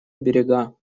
берега